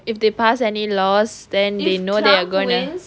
if they pass any laws then they know there are going to